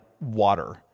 water